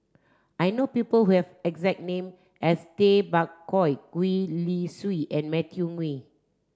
I know people who have exact name as Tay Bak Koi Gwee Li Sui and Matthew Ngui